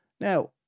Now